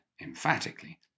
emphatically